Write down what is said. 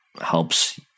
helps